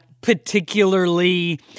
particularly